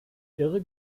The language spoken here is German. irre